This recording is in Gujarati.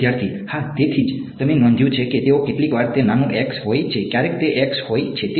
વિદ્યાર્થી હા તેથી જ તમે નોંધ્યું છે કે તેઓ કેટલીકવાર તે નાનું x હોય છે ક્યારેક તે X હોય છે